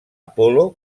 apol·lo